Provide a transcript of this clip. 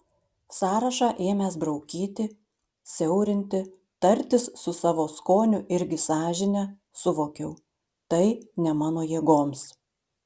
sąrašą ėmęs braukyti siaurinti tartis su savo skoniu irgi sąžine suvokiau tai ne mano jėgoms